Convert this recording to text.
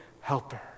helper